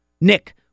Nick